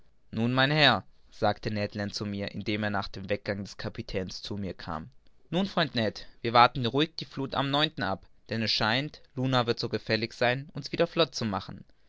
nun mein herr sagte ned land zu mir indem er nach dem weggang des kapitäns zu mir kam nun freund ned wir warten ruhig die fluth am ab denn es scheint luna wird so gefällig sein uns wieder flott zu machen